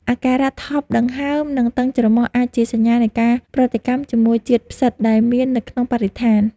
អាការៈថប់ដង្ហើម ឬតឹងច្រមុះអាចជាសញ្ញានៃការប្រតិកម្មជាមួយជាតិផ្សិតដែលមាននៅក្នុងបរិស្ថាន។